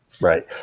Right